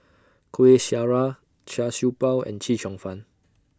Kueh Syara Char Siew Bao and Chee Cheong Fun